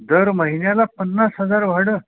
दर महिन्याला पन्नास हजार भाडं